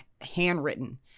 handwritten